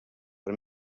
per